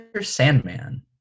Sandman